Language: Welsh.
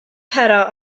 pero